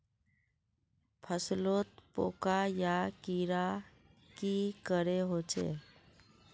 फसलोत पोका या कीड़ा की करे होचे?